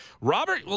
Robert